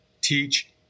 teach